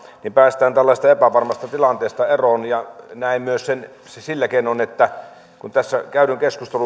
ja päästään tällaisesta epävarmasta tilanteesta eroon näen sen myös sillä tavalla että tässä käydyn